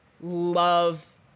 love